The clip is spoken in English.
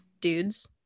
dudes